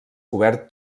cobert